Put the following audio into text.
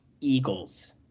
Eagles